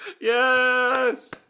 Yes